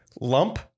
Lump